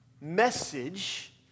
message